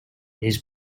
his